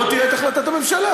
בוא תראה את החלטת הממשלה.